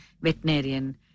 veterinarian